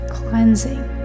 cleansing